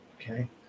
okay